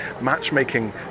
matchmaking